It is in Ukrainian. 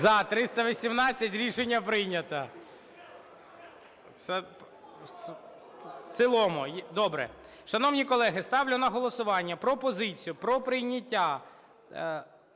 За-318 Рішення прийнято. В цілому. Добре. Шановні колеги, ставлю на голосування пропозицію про прийняття